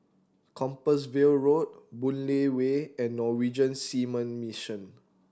Compassvale Road Boon Lay Way and Norwegian Seamen Mission